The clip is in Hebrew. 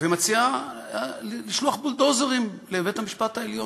ומציע לשלוח בולדוזרים לבית-המשפט העליון,